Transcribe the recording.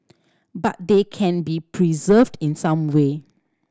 but they can be preserved in some way